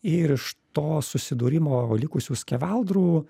ir iš to susidūrimo likusių skeveldrų